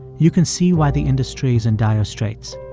you can see why the industry is in dire straits.